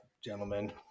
gentlemen